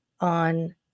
on